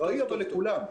אבל לכולם.